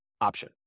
option